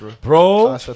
Bro